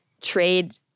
trade –